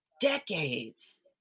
decades